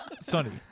Sonny